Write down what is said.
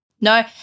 No